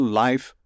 life